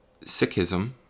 Sikhism